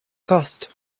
cost